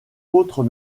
autres